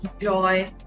Joy